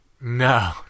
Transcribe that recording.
no